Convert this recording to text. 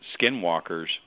skinwalkers